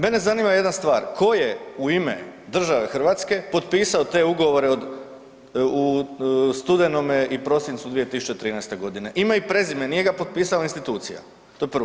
Mene zanima jedna stvar, tko je u ime države Hrvatske potpisao te ugovore u studenome i prosincu 2013. godine, ime i prezime, nije ga potpisala institucija, to je prvo.